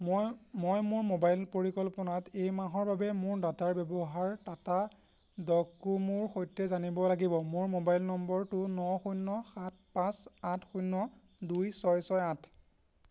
মই মোৰ মোবাইল পৰিকল্পনাত এই মাহৰ বাবে মোৰ ডাটাৰ ব্যৱহাৰ টাটা ডকোমোৰ সৈতে জানিব লাগিব মোৰ মোবাইল নম্বৰটো ন শূন্য সাত পাঁচ আঠ শূন্য দুই ছয় ছয় আঠ